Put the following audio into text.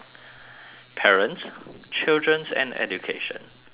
parents children and education C_C_A